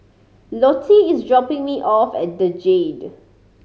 lottie is dropping me off at The Jade